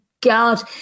God